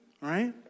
right